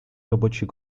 рабочей